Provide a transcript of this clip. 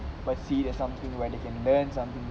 but see that something where they can learn something